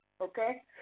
okay